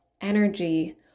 energy